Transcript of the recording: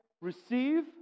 receive